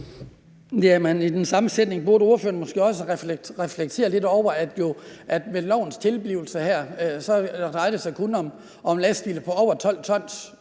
Ja, men i den samme sætning burde ordføreren måske også reflektere lidt over, at det ved lovens tilblivelse her kun drejer sig om lastbiler på over 12 t,